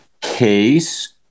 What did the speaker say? Case